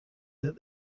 that